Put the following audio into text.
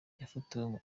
yafotowe